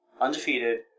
undefeated